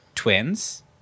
Twins